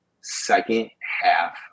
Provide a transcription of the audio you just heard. second-half